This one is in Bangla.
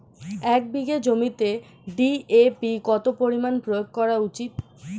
এক বিঘে জমিতে ডি.এ.পি কত পরিমাণ প্রয়োগ করা উচিৎ?